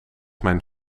mijn